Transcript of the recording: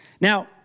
Now